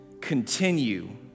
continue